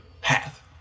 path